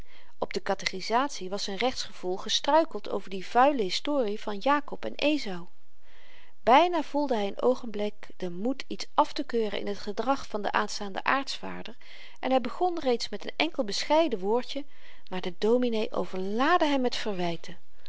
op de katechizatie was z'n rechtsgevoel gestruikeld over die vuile historie van jakob en ezau byna voelde hy n oogenblik den moed iets aftekeuren in t gedrag van den aanstaanden aarts vader en hy begon reeds met n enkel bescheiden woordje maar de dominee overlaadde hem met verwyten